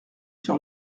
sur